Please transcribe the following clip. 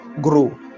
grow